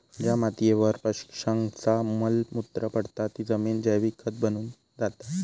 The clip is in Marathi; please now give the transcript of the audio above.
ज्या मातीयेवर पक्ष्यांचा मल मूत्र पडता ती जमिन जैविक खत बनून जाता